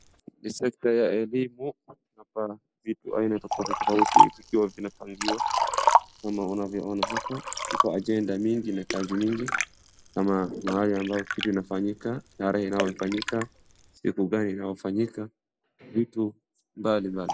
Ni sekta ya elimu, hapa vitu aina tofautitofauti zikiwa zinapangiwa, kama unavyoona zote iko ajenda mingi na kazi mingi na mahali ambapo kitu inafanyika, tarehe inayofanyika, siku inayofanyika, vitu mbalimbali.